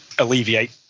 alleviate